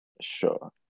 Sure